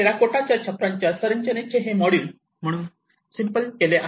टेराकोटाच्या छप्परांच्या संरचनेने हे मॉड्यूल म्हणून सिम्पल केले आहे